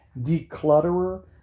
declutterer